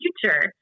future